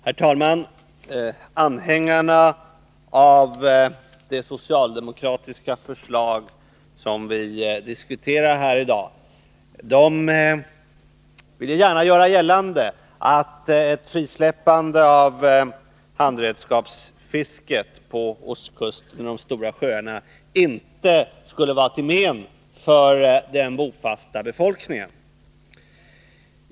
Herr talman! Anhängarna av det socialdemokratiska förslag som vi diskuterar i dag vill gärna göra gällande att ett frisläppande av handredskapsfisket på ostkusten och i de stora sjöarna inte skulle vara till men för den bofasta befolkningen.